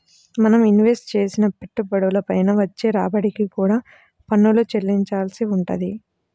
మనం ఇన్వెస్ట్ చేసిన పెట్టుబడుల పైన వచ్చే రాబడికి కూడా పన్నులు చెల్లించాల్సి వుంటది